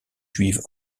juive